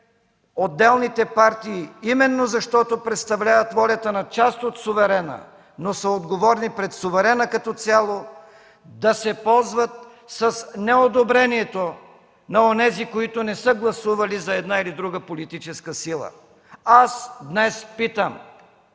отделните партии, именно защото представляват волята на част от суверена, но са отговорни пред суверена като цяло, да се ползват с неодобрението на онези, които не са гласували за една или друга политическа сила. Днес аз питам: